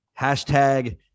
Hashtag